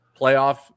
playoff